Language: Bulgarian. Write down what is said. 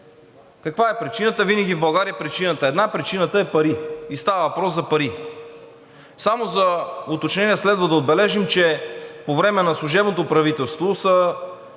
Каква е причината? Винаги в България причината е една – причината е пари и става въпрос за пари. Само за уточнение следва да отбележим, че по време на служебното правителство са